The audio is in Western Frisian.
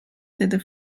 sitte